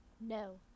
No